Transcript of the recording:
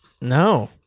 no